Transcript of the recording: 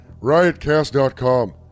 riotcast.com